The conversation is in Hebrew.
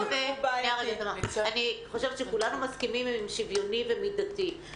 כולנו מסכימים עם המדיניות של שוויוני ומידתי,